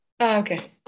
Okay